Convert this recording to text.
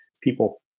people